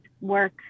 work